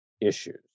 issues